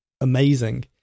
amazing